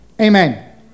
Amen